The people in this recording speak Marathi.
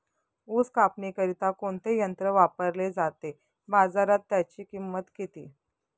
ऊस कापणीकरिता कोणते यंत्र वापरले जाते? बाजारात त्याची किंमत किती?